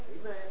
Amen